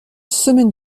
semaine